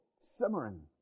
simmering